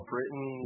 Britain